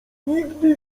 nigdy